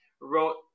wrote